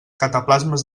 cataplasmes